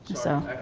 so,